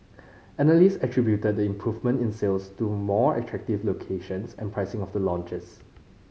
analyst attributed the improvement in sales to more attractive locations and pricing of the launches